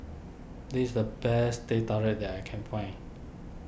this is the best Teh Tarik that I can find